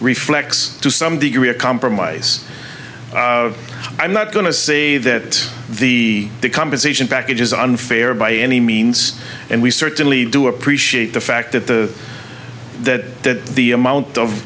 reflects to some degree a compromise of i'm not going to say that the compensation package is unfair by any means and we certainly do appreciate the fact that the that the amount of